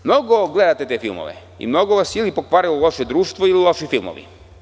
Mnogo gledate te filmove i mnogo vas je ili pokvarilo loše društvo ili loši filmovi.